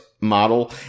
model